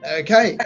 okay